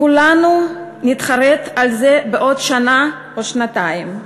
כולנו נתחרט על זה בעוד שנה או שנתיים,